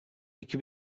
iki